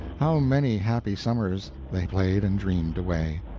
how many happy summers they played and dreamed away.